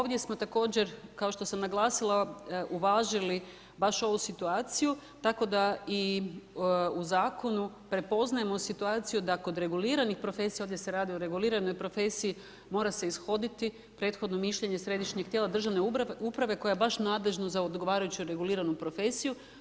I ovdje smo također kao što sam naglasila uvažili baš ovu situaciju tako da i u zakonu prepoznajemo situaciju da kod reguliranih profesija, ovdje se radi o reguliranoj profesiji, mora se ishoditi prethodno mišljenje središnjeg tijela državne uprave koja je baš nadležna za odgovarajuće reguliranu profesiju.